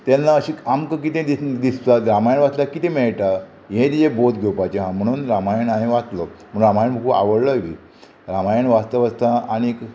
तेन्ना अशें आमकां कितें दि दिसता रामायण वाचल्यार कितें मेळटा हें तिजें बौध घेवपाचें आहा म्हणून रामायण हांयें वाचलो म्हणून रामायण खूब आवडलोय बी रामायण वाचता वाचता आनीक